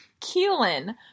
Keelan